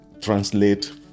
translate